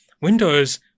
Windows